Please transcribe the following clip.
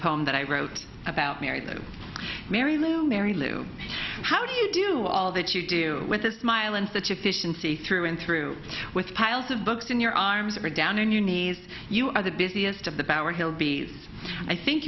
poem that i wrote about mary lou mary lou mary lou how do you do all that you do with a smile and such efficiency through and through with piles of books in your arms or down in you need you are the busiest of the power he'll be i think